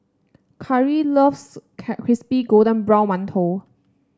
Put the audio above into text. Cary loves Crispy Golden Brown Mantou